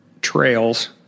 trails